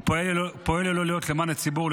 הוא פועל ללא לאות למען הציבור,